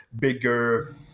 bigger